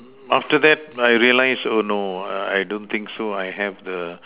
after that I realize oh no I don't think so I have the